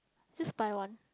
just buy one